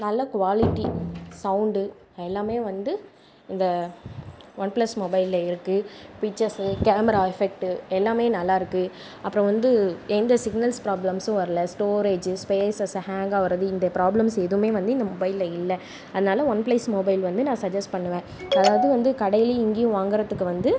நல்ல quality sound எல்லாமே வந்து இந்த ஒன் பிளஸ் மொபைலில் இருக்குது பிச்சர்ஸ் கேமரா எஃபெக்ட்டு எல்லாமே நல்லாயிருக்கு அப்புறம் வந்து எந்த சிக்னல்ஸ் ப்ராப்ளம்ஸும் வரலை ஸ்டோரேஜ் ஸ்பேசஸ் ஹாங் ஆகிறது இந்த பிராப்ளம்ஸ் எதுவுமே வந்து இந்த மொபைலில் இல்லை அதனால் ஒன் பிளஸ் மொபைல் வந்து நான் சஜ்ஜஸ் பண்ணுவேன் அதாவது வந்து கடையில் இங்கேயும் வாங்கறதுக்கு வந்து